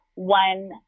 one